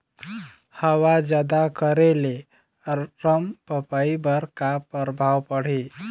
हवा जादा करे ले अरमपपई पर का परभाव पड़िही?